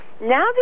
Now